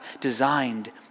designed